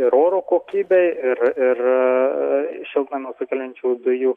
ir oro kokybei ir ir šiltnamio sukeliančių dujų